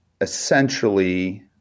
essentially